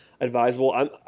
advisable